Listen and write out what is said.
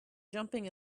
jumping